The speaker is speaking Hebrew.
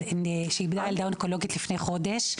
שהיא אימא שאיבדה ילדה אונקולוגית לפני חודש.